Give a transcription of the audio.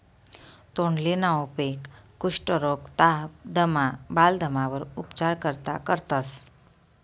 तोंडलीना उपेग कुष्ठरोग, ताप, दमा, बालदमावर उपचार करता करतंस